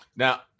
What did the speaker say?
Now